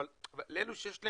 למי שיש את